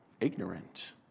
ignorant